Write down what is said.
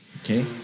Okay